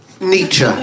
Nietzsche